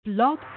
Blog